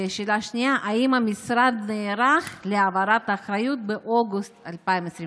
2. האם המשרד נערך להעברת האחריות באוגוסט 2022?